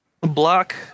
Block